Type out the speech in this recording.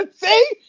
see